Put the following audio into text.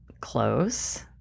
Close